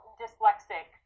dyslexic